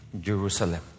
Jerusalem